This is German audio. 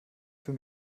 für